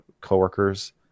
co-workers